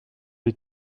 les